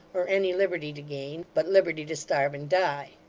or any liberty to gain, but liberty to starve and die.